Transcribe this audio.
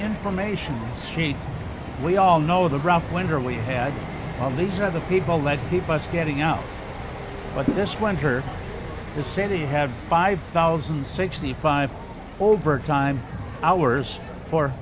information sheet we all know the rough winter we had all these other people let's keep us getting out but this winter the city had five thousand sixty five overtime hours for